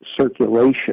circulation